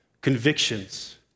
convictions